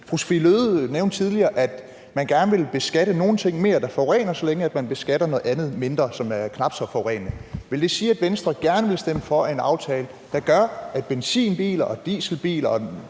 Fru Sophie Løhde nævnte tidligere, at man gerne vil beskatte nogle ting, der forurener, mere, så længe man beskatter noget andet, som er knap så forurenende, mindre. Vil det sige, at Venstre gerne vil stemme for en aftale, der gør, at benzinbiler og dieselbiler